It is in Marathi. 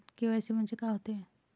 के.वाय.सी म्हंनजे का होते?